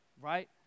right